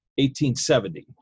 1870